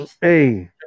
Hey